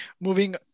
moving